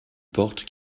porte